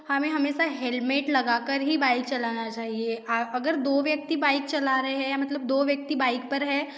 हमें हमेशा हेलमेट लगा कर ही बाइक चलाना चाहिए अगर दो व्यक्ति बाइक चला रहे हैं या मतलब दो व्यक्ति बाइक पर हैं तो